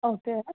okay